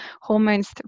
hormones